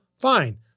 fine